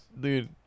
dude